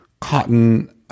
cotton